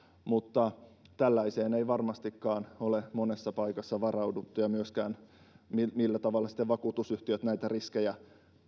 mutta tällaiseen ei varmastikaan ole monessa paikassa varauduttu eikä myöskään siihen millä tavalla sitten vakuutusyhtiöt näitä riskejä